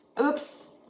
oops